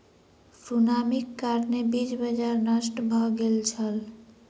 सुनामीक कारणेँ बीज बाजार नष्ट भ गेल छल